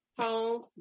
home